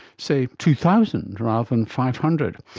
say two thousand rather than five hundred?